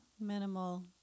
minimal